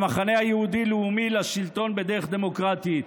המחנה היהודי-לאומי, לשלטון, בדרך דמוקרטית.